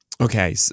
Okay